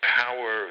power